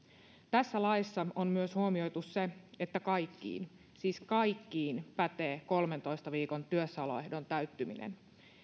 tässä laissa on myös huomioitu se että kaikkiin siis kaikkiin pätee kolmentoista viikon työssäoloehdon täyttyminen